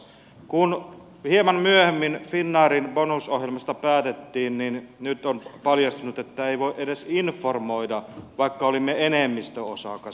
kun hieman myöhemmin finnairin bonusohjelmasta päätettiin niin nyt on paljastunut että ei voi edes informoida vaikka olimme enemmistöosakas